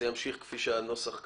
זה יהיה כפי שהנוסח כתוב.